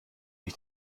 ich